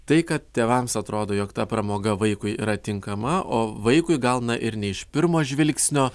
tai kad tėvams atrodo jog ta pramoga vaikui yra tinkama o vaikui gal na ir ne iš pirmo žvilgsnio